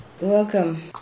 Welcome